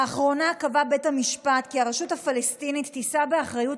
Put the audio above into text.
לאחרונה קבע בית המשפט כי הרשות הפלסטינית תישא באחריות